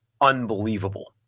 unbelievable